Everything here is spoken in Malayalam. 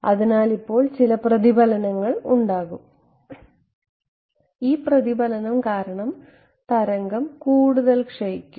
അതിനാൽ ഇപ്പോൾ ചില പ്രതിഫലനങ്ങൾ ഉണ്ടാകും ഈ പ്രതിഫലനം കാരണം തരംഗം കൂടുതൽ ക്ഷയിക്കും